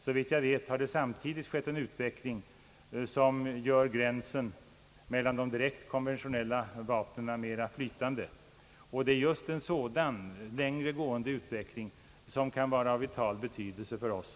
Såvitt jag vet har det samtidigt skett en utveckling som gör gränsen till de konventionella vapnen mera flytande. Det är just en sådan längre gående utveckling som kan vara av vital betydelse för oss.